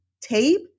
tape